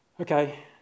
Okay